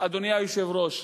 אדוני היושב-ראש,